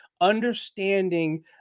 understanding